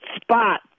spot